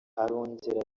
arongera